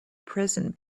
present